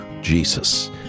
Jesus